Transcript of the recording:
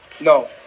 No